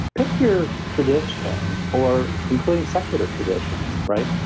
pick your tradition or including secular traditions, right?